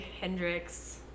Hendrix